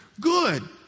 Good